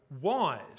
wise